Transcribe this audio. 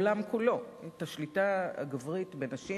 בעולם כולו, את השליטה הגברית בנשים,